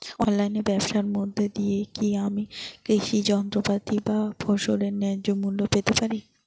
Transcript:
অনলাইনে ব্যাবসার মধ্য দিয়ে কী আমি কৃষি যন্ত্রপাতি বা ফসলের ন্যায্য মূল্য পেতে পারি?